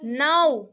نَو